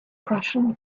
prussian